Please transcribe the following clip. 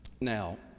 Now